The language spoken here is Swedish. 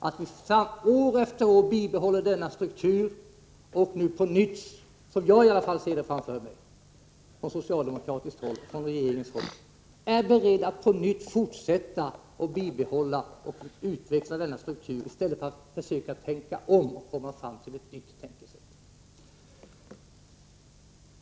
Ändå skall vi år efter år behålla den nuvarande strukturen, och som jag i alla fall ser det framför mig är man från socialdemokratiskt håll och regeringshåll beredd att på nytt fortsätta att utveckla denna struktur i stället för att försöka tänka om och komma fram till ett nytt tänkesätt.